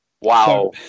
Wow